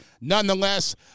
Nonetheless